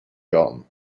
john